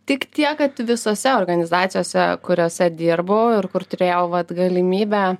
tik tiek kad visose organizacijose kuriose dirbau ir kur turėjau va galimybę